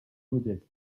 modeste